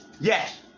Yes